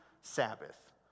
Sabbath